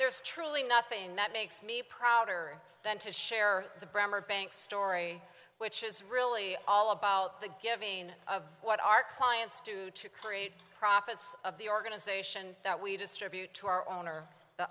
there is truly nothing that makes me proud or then to share the bremmer bank story which is really all about the giving of what our clients do to create profits of the organization that we distribute to our own or the